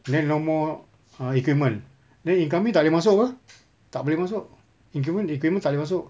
then no more ah equipment then incoming tak boleh masuk apa tak boleh masuk equipment equipment tak boleh masuk